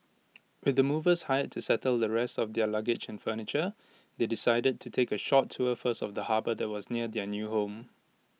with the movers hired to settle the rest of their luggage and furniture they decided to take A short tour first of the harbour that was near their new home